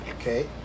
Okay